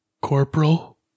Corporal